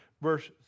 Verse